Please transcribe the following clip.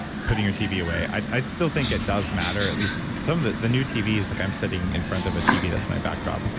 putting your tv away. i still think it does matter, at least some it, the new tv. it's like, i'm sitting in front of a tv, that's my backdrop.